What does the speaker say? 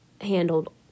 handled